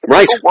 Right